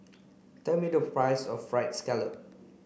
tell me the price of fried scallop